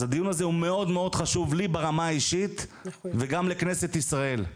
הדיון הזה הוא מאוד מאוד חשוב לי ברמה האישית וגם לכנסת ישראל.